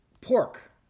Pork